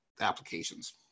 applications